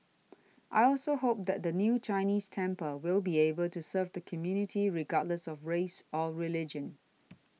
I also hope that the new Chinese temple will be able to serve the community regardless of race or religion